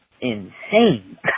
insane